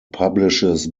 publishes